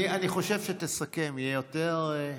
אני חושב שתסכם, יהיה יותר,